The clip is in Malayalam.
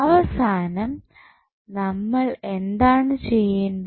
അവസാനം നമ്മൾ എന്താണ് ചെയ്യേണ്ടത്